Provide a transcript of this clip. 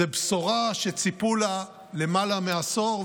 זו בשורה שציפו לה למעלה מעשור,